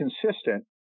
consistent